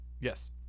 Yes